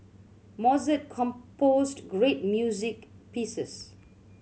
Mozart composed great music pieces